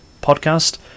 podcast